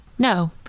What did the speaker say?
No